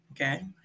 okay